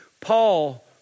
Paul